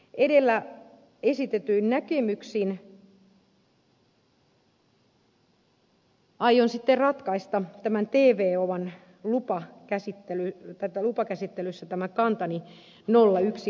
edellä esitetyin näkemyksin aion sitten ratkaista tvon lupakäsittelyssä tämän kantani nollayksi kselilla